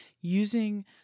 using